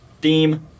Theme